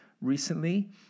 recently